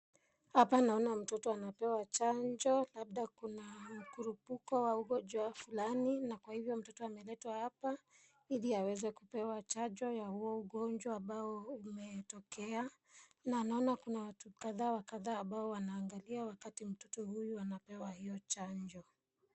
Hapa naona mtoto anapewa chanjo, labda kuna kurupuko wa ugonjwa fulani na kwa hivyo mtoto ameletwa hapa ili aweze kupewa chanjo ya huo ugonjwa ambao umetokea, na naona kuna watu kadha wa kadha ambao wanaangalia wakati mtoto huyu anapewa hiyo chanjo.